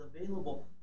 available